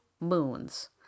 moons